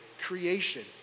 creation